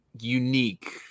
unique